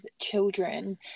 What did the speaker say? children